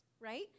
right